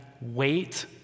wait